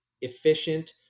efficient